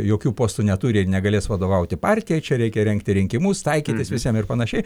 jokių postų neturi ir negalės vadovauti partijai čia reikia rengti rinkimus taikytis visiems ir panašiai